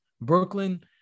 Brooklyn